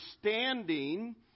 standing